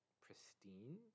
pristine